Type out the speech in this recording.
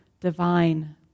divine